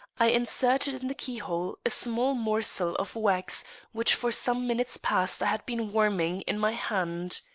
i inserted in the keyhole a small morsel of wax which for some minutes past i had been warming in my hand.